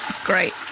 Great